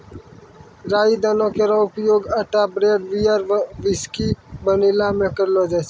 राई दाना केरो उपयोग आटा ब्रेड, बियर, व्हिस्की बनैला म करलो जाय छै